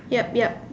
yup yup